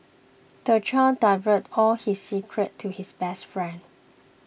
the child divulged all his secrets to his best friend